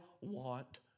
want